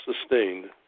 sustained